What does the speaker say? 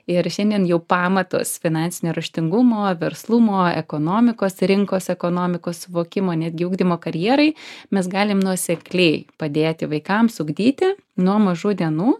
ir šiandien jau pamatus finansinio raštingumo verslumo ekonomikos rinkos ekonomikos suvokimo netgi ugdymo karjerai mes galim nuosekliai padėti vaikams ugdyti nuo mažų dienų